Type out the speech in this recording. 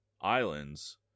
islands